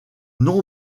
non